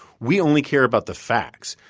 we only care about the facts.